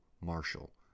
Marshall